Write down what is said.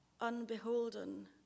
Unbeholden